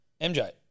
MJ